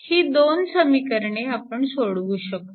ही दोन समीकरणे आपण सोडवू शकतो